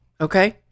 Okay